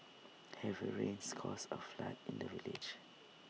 heavy rains caused A flood in the village